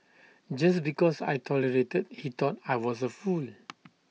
just because I tolerated he thought I was A fool